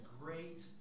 great